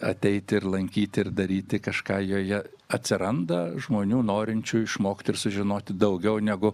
ateiti ir lankyti ir daryti kažką joje atsiranda žmonių norinčių išmokt ir sužinoti daugiau negu